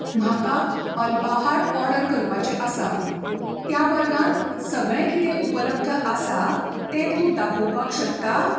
म्हाका अल्पाहार ऑर्डर करपाचे आसा त्या वर्गांत सगळें कितें उपलब्ध आसा तें तूं दाखोवपाक शकता